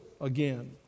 again